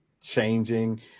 changing